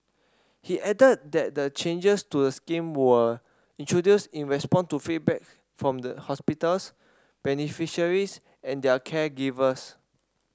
he added that the changes to the scheme were introduced in response to feedback from hospitals beneficiaries and their caregivers